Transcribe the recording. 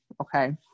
Okay